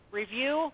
review